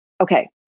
Okay